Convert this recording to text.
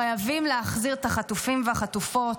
חייבים להחזיר את החטופים והחטופות,